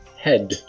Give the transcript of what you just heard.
head